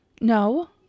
No